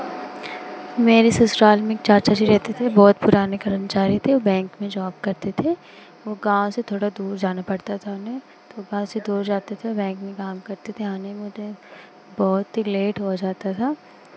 मेरी ससुराल में एक चाचा जी रहते थे बहुत पुराने कर्मचारी थे वो बैंक में जॉब करते थे वो गाँव से थोड़ा दूर जाना पड़ता था उन्हें तो गाँव से दूर जाते थे बैंक में काम करते थे आने में उन्हें बहुत ही लेट हो जाता था